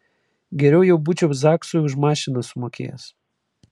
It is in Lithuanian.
geriau jau būčiau zaksui už mašiną sumokėjęs